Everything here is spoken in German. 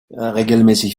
regelmäßig